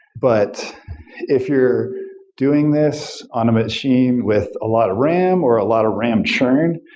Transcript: but if you're doing this on a machine with a lot of ram or a lot of ram churn,